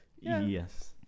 Yes